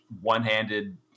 one-handed